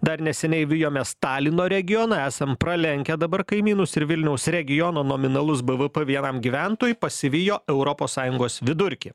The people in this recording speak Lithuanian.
dar neseniai vijomės talino regioną esam pralenkę dabar kaimynus ir vilniaus regiono nominalus bvp vienam gyventojui pasivijo europos sąjungos vidurkį